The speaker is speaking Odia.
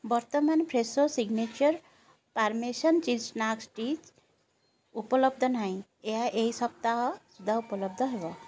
ବର୍ତ୍ତମାନ Fresho signature parmesan cheese snack sticks ଉପଲବ୍ଧ ନାହିଁ ଏହା ଏହି ସପ୍ତାହ ସୁଦ୍ଧା ଉପଲବ୍ଧ ହେବ